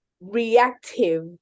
reactive